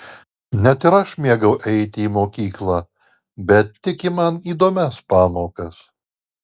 net ir aš mėgau eiti į mokyklą bet tik į man įdomias pamokas